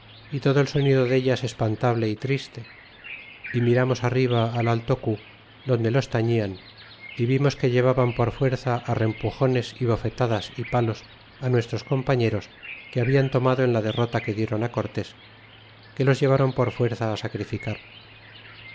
y todo el sonido dellas espantable y triste y mirarnos arriba al alto cu donde los tañían y vimos que llevaban por fuerza á rempujones y bofetadas y palos á nuestros compañeros que hablan tomado en la derrota que dieron corles que los ileváron por fuerza sacrificar